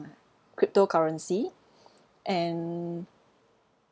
cryptocurrency and